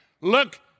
Look